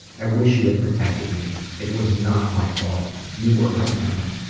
i wish you had protected me. it was not my fault. you were my parent.